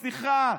סליחה,